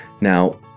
Now